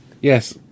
Yes